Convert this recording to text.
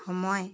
সময়